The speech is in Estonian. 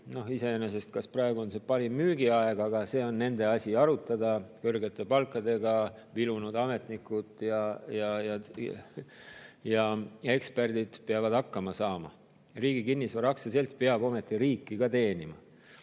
müüa. Iseenesest, kas praegu on see parim müügiaeg, aga see on nende asi arutada. Kõrgete palkadega vilunud ametnikud ja eksperdid peavad hakkama saama. Riigi Kinnisvara Aktsiaselts peab ometi riiki ka teenima.